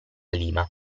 lima